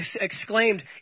exclaimed